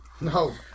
No